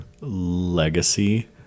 legacy